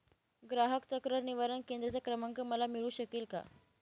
ग्राहक तक्रार निवारण केंद्राचा क्रमांक मला मिळू शकेल का?